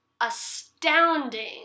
astounding